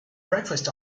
breakfast